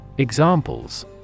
Examples